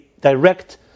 direct